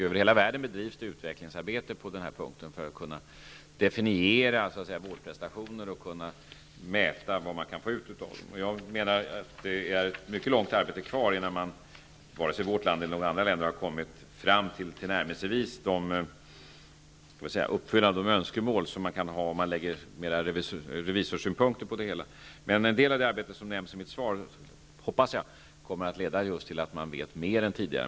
Över hela världen bedrivs utvecklingsarbete på denna punkt för att man skall kunna definiera vårdprestationer och mäta vad man kan få ut av dem. Det är mycket arbete kvar innan man i vårt land eller i andra länder till närmelsevis har kunnat uppfylla de önskemål som ur revisorssynpunkt kan läggas på det hela. En del av det arbete som jag nämnde i mitt svar hoppas jag kommer att leda just till man vet mer än tidigare.